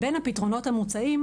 בין הפתרונות המוצעים,